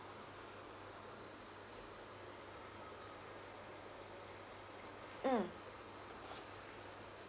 mm